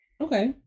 Okay